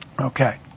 Okay